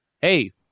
hey –